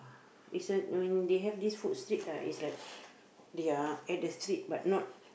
is uh when they have this food street right is like they are at the street but not